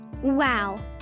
Wow